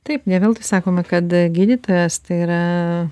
taip ne veltui sakome kad gydytojas tai yra